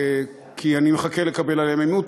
כי אני מחכה לקבל עליהן אימות,